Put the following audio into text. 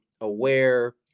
aware